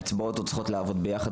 על מנת שכל האצבעות יעבדו יחד,